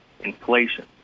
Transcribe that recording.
inflation